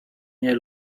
nie